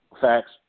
Facts